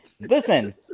Listen